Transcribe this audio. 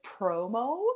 promo